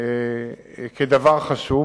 כדבר חשוב,